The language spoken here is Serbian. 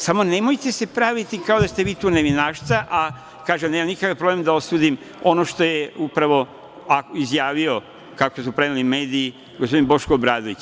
Samo nemojte se praviti kao da ste vi tu nevinašca, a kažem nemam nikakav problem da osudim ono što je upravo izjavio, kako su preneli mediji, gospodin Boško Obradović.